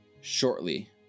Shortly